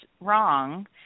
wrong